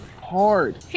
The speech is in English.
Hard